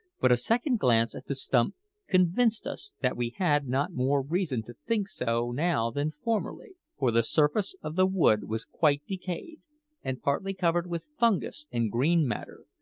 but a second glance at the stump convinced us that we had not more reason to think so now than formerly for the surface of the wood was quite decayed and partly covered with fungus and green matter,